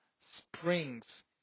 springs